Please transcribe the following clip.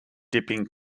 dipping